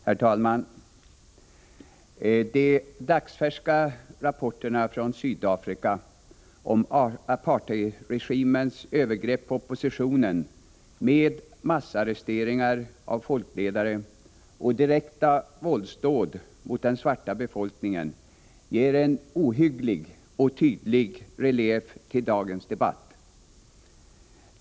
Herr talman! De dagsfärska rapporterna från Sydafrika om apartheidregimens övergrepp på oppositionen med massarresteringar av folkledare och direkta våldsdåd mot den svarta befolkningen ger en ohygglig och tydlig relief till dagens debatt.